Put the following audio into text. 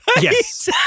Yes